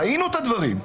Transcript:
ראינו את הדברים,